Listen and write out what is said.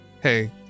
Hey